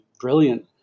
brilliant